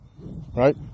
right